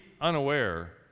unaware